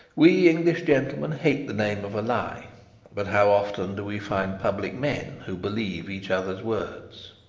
we english gentlemen hate the name of a lie but how often do we find public men who believe each other's words?